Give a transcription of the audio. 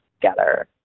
together